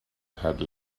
had